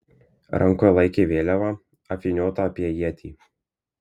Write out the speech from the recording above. rankoje laikė vėliavą apvyniotą apie ietį